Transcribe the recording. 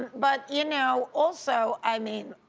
but you know also, i mean,